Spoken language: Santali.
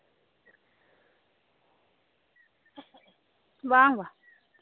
ᱵᱟᱝ ᱵᱟᱝ